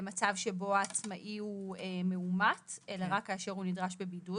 למצב שבו העצמאי הוא מאומת אלא רק כאשר הוא מבודד.